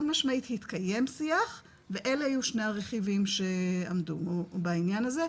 משמעית התקיים שיח ואלה היו שני הרכיבים שעמדו בעניין הזה,